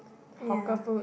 ya